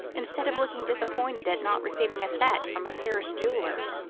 instead of looking disappointed at not receiving a set from a paris jeweller,